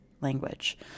language